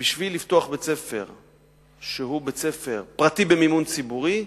כדי לפתוח בית-ספר שהוא בית-ספר פרטי במימון ציבורי,